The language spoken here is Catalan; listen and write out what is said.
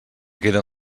queden